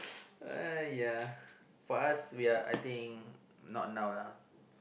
!aiya! for us we are I think not now lah